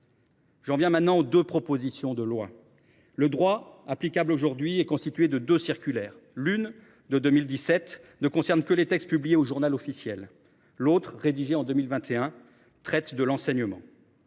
J’en viens maintenant aux deux propositions de loi. Le droit applicable est aujourd’hui constitué de deux circulaires : l’une, de 2017, ne concerne que les textes publiés au ; l’autre, rédigée en 2021, traite de l’enseignement.